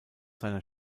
seiner